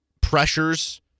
pressures